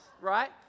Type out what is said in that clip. Right